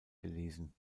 gelesen